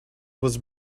was